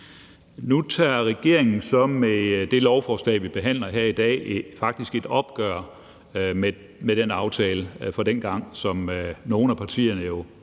Nu tager regeringen så faktisk med det lovforslag, vi behandler her i dag, et opgør med den aftale fra dengang, som nogle af partierne jo